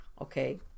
Okay